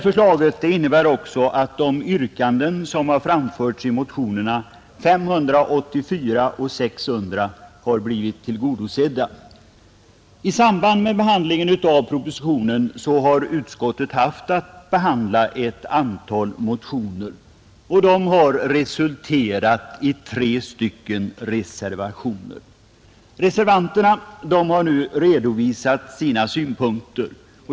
Förslaget innebär att de yrkanden som framförts i motionerna 584 och 600 blivit tillgodosedda. I samband med behandlingen av propositionen har utskottet haft att ta ställning till ett antal motioner, och det har resulterat i tre reservationer. Reservanterna har nu redovisat sina synpunkter.